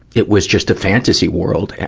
it was just a fantasy world,